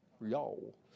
y'all